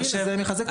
וזה מחזק את הנקודה.